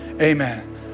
amen